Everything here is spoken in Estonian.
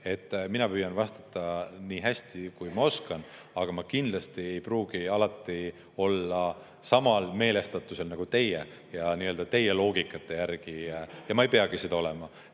mina püüan vastata nii hästi, kui ma oskan, aga ma kindlasti ei pruugi alati olla samal meelestatusel nagu teie ega vastata teie loogika järgi – ja ma ei peagi seda olema.